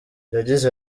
yagize